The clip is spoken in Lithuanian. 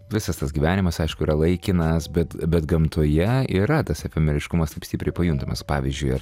visas tas gyvenimas aišku yra laikinas bet bet gamtoje yra tas efemeriškumas taip stipriai pajuntamas pavyzdžiui ar